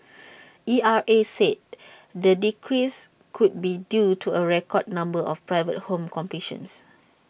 E R A said the decrease could be due to A record number of private home completions